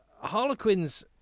Harlequins